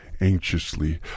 Anxiously